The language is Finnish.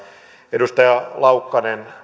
edustaja laukkanen